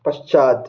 पश्चात्